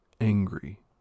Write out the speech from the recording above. angry